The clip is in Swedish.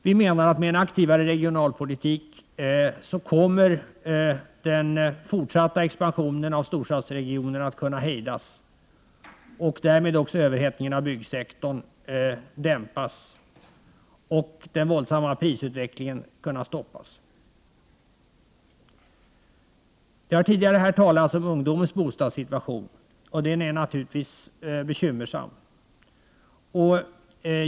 Vi menar att med en aktivare regionalpolitik kommer den fortsatta expansionen av storstadsregionerna att kunna hejdas, och därmed också överhettningen av byggsektorn att kunna dämpas och den våldsamma prisutvecklingen att kunna stoppas. Det har tidigare här talats om ungdomens bostadssituation. Den är naturligtvis bekymmersam.